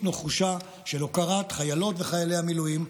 נחושה של הוקרת חיילות וחיילי המילואים,